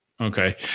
Okay